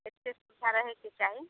एतेक सुविधा रहैके चाही